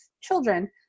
children